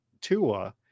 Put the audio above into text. Tua